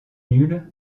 nulle